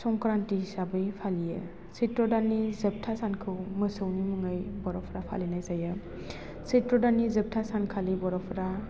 संक्रान्थि हिसाबै फालियो सैथ्र दाननि जोबथा सानखौ मोसौनि मुङै बर'फ्रा फालिनाय जायो सैथ्र दाननि जोबथा सानखालि बर'फ्रा